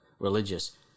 religious